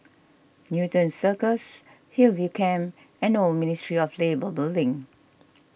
Newton Circus Hillview Camp and Old Ministry of Labour Building